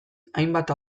hainbat